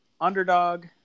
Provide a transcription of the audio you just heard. underdog